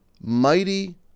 mighty